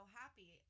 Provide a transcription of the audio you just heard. happy